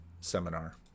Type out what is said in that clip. seminar